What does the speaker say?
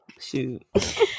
Shoot